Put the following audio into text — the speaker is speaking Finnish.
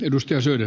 kun ed